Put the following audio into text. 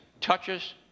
touches